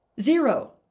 zero